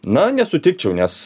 na nesutikčiau nes